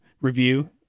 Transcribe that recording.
review